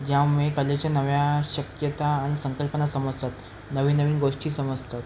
ज्यामुळे कलेच्या नव्या शक्यता आणि संकल्पना समजतात नवीन नवीन गोष्टी समजतात